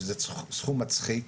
שזה סכום מצחיק,